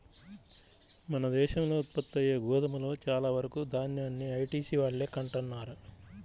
మన దేశంలో ఉత్పత్తయ్యే గోధుమలో చాలా వరకు దాన్యాన్ని ఐటీసీ వాళ్ళే కొంటన్నారు